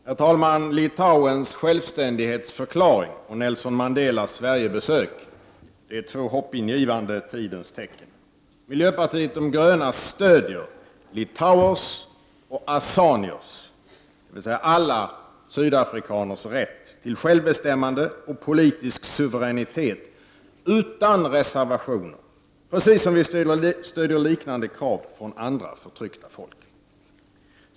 Herr talman! Litauens självständighetsförklaring och Nelson Mandelas Sverigebesök är två hoppingivande tidens tecken. Miljöpartiet de gröna stöder litauers och azaniers rätt till självbestämmande och politisk suveränitet utan reservationer, precis som vi stöder liknande krav från andra förtryckta folk.